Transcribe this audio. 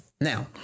Now